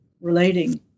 relating